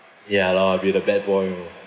ya lor I be the bad boy orh